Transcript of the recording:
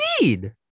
Indeed